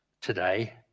today